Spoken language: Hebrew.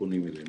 מהפונים אלינו.